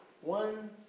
one